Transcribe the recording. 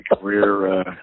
career